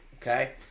okay